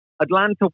Atlanta